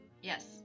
Yes